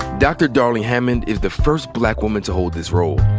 dr. darling-hammond is the first black woman to hold this role.